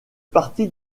partie